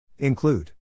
Include